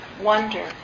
wonder